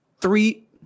three